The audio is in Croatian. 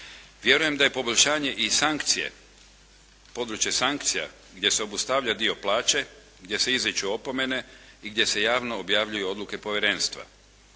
Vjerujem da je poboljšanje i sankcije, područje sankcija gdje se obustavlja dio plaće, gdje se izriču opomene i gdje se javno objavljuju odluke povjerenstva.